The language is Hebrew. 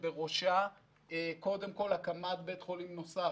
שבראשה הקמת בית חולים נוסף.